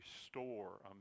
restore